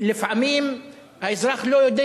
לפעמים האזרח לא יודע,